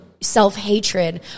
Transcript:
self-hatred